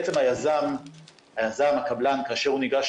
בעצם היזם, הקבלן, כאשר הוא ניגש